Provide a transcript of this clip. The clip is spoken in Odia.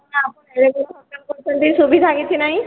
ନାଁ କରିଛନ୍ତି ସୁବିଧା କିଛି ନାହିଁ